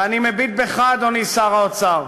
ואני מביט בך, אדוני שר האוצר,